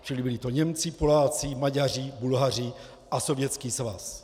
Čili byli to Němci, Poláci, Maďaři, Bulhaři a Sovětský svaz.